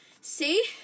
see